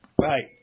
Right